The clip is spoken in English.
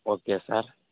okay sir